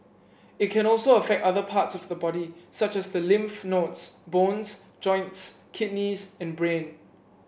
it can also affect other parts of the body such as the lymph nodes bones joints kidneys and brain